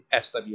SW